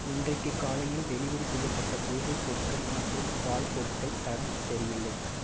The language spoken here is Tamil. இன்றைக்கு காலையில் டெலிவரி செய்யப்பட்ட பூஜை பொருட்கள் மற்றும் பால் பொருட்கள் தரம் சரியில்லை